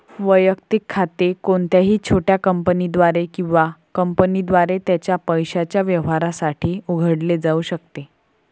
वैयक्तिक खाते कोणत्याही छोट्या कंपनीद्वारे किंवा कंपनीद्वारे त्याच्या पैशाच्या व्यवहारांसाठी उघडले जाऊ शकते